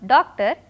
Doctor